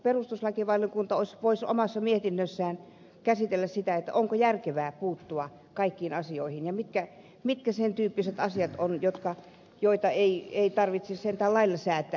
perustuslakivaliokunta voisi omassa mietinnössään käsitellä sitä onko järkevää puuttua kaikkiin asioihin ja mitkä sen tyyppiset asiat ovat joita ei tarvitse sentään lailla säätää